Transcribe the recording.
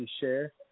share